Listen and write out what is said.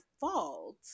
fault